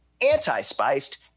anti-spiced